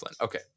Okay